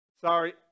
Sorry